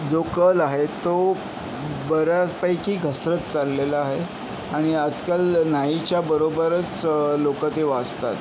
जो कल आहे तो बऱ्याचपैकी घसरत चाललेला आहे आणि आजकाल नाहीच्या बरोबरच लोक ते वाचतात